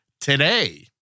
today